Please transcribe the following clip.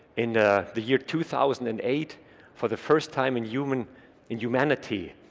in the year two thousand and eight for the first time in human inhumanity,